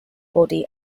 body